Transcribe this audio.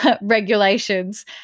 regulations